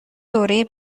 دوره